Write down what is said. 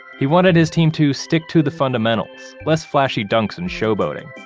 he wanted his team to stick to the fundamentals, less flashy dunks and showboating.